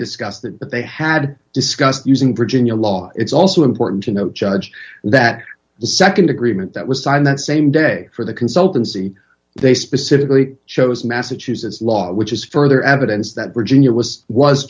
that but they had discussed using virginia law it's also important to note judge that the nd agreement that was signed that same day for the consultancy they specifically chose massachusetts law which is further evidence that virginia was was